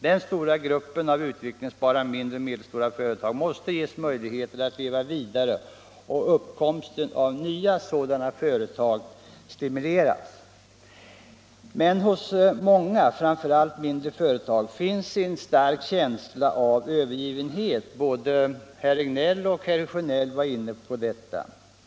Den stora gruppen av utvecklingsbara mindre och medelstora företag måste ges möjlighet att leva vidare och uppkomsten av nya sådana företag stimuleras. Men hos många företag, framför allt mindre, finns en stark känsla av övergivenhet; både herr Regnéll och herr Sjönell var inne på detta.